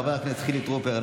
חבר הכנסת חילי טרופר,